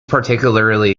particularly